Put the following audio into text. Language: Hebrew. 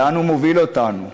לאן הוא מוביל אותנו.